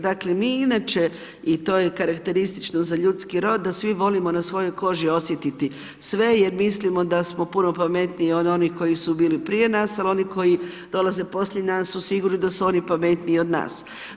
Dakle mi inače i to je karakteristično za ljudskih rod da svi volimo na svojoj koži osjetiti sve jer mislimo da smo puno pametniji od onih koji su bili prije nas ali oni koji dolaze poslije nas su sigurni da su oni pametniji od nas.